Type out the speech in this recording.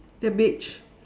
they're beige